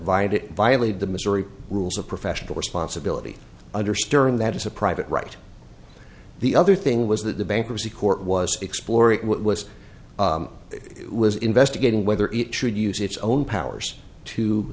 vied violated the missouri rules of professional responsibility under stern that as a private right the other thing was that the bankruptcy court was explore it was it was investigating whether it should use its own powers to